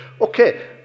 Okay